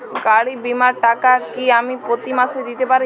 গাড়ী বীমার টাকা কি আমি প্রতি মাসে দিতে পারি?